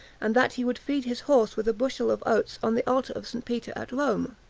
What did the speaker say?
and that he would feed his horse with a bushel of oats on the altar of st. peter at rome.